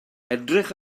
edrych